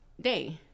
day